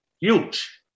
Huge